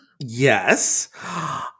Yes